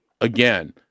again